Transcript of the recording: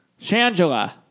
Shangela